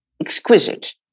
exquisite